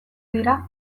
dira